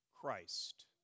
Christ